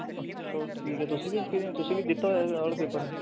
ਅੱਛਾ ਠੀਕ ਹੈ ਤੁਸੀਂ ਵੀ ਐਕਸਪੀਰੀਅੰਸ ਤੁਸੀਂ ਵੀ ਦਿੱਤਾ ਹੋਇਆ ਇਹ ਵਾਲਾ ਪੇਪਰ